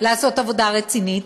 לעשות עבודה רצינית,